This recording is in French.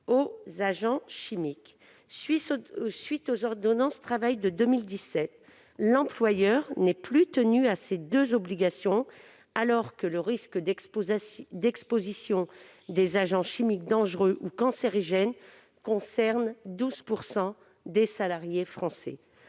aux agents chimiques. À la suite des ordonnances Travail de 2017, l'employeur n'est plus tenu à ces deux obligations, alors que le risque d'exposition à des agents chimiques dangereux ou cancérigènes concerne 12 % des salariés français.